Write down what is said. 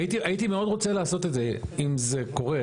הייתי מאוד רוצה לעשות את זה, אם זה קורה.